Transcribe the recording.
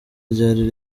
ryari